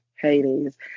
Hades